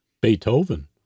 Beethoven